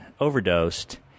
overdosed